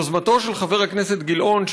יוזמתו של חבר הכנסת גילאון,